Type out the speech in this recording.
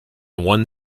one